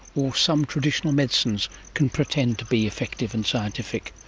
or some traditional medicines can pretend to be effective and scientific.